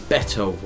Better